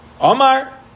Omar